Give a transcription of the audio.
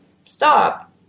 stop